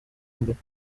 mbere